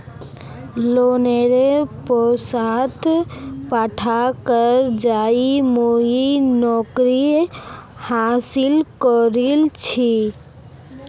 लोनेर पैसात पढ़ कर आज मुई नौकरी हासिल करील छि